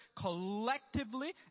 collectively